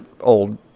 old